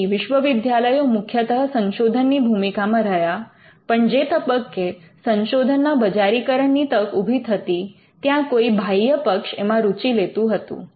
તેથી વિશ્વવિદ્યાલયો મુખ્યતઃ સંશોધનની ભૂમિકામાં રહ્યા પણ જે તબક્કે સંશોધન ના બજારીકરણ ની તક ઊભી થતી ત્યાં કોઈ બાહ્ય પક્ષ એમાં રુચિ લેતું હતું